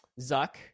Zuck